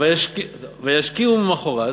וישכימו ממחרת